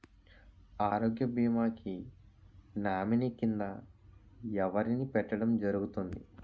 ఆరోగ్య భీమా కి నామినీ కిందా ఎవరిని పెట్టడం జరుగతుంది?